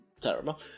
terrible